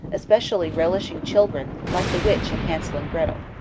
especially relishing children, like the witch in hansel and grethel.